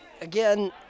again